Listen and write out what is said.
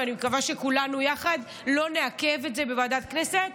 אני מקווה שכולנו יחד לא נעכב את זה בוועדת הכנסת.